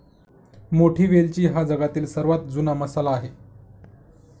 मोठी वेलची हा जगातील सर्वात जुना मसाला आहे